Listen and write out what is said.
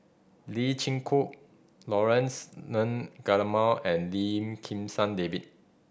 Lee Chin Koon Laurence Nunn Guillemard and Lim Kim San David